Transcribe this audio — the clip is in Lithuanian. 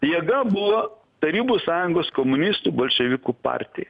jėga buvo tarybų sąjungos komunistų bolševikų partija